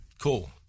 Cool